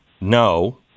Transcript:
no